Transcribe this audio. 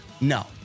No